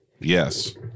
yes